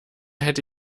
hätte